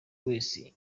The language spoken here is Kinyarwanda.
wese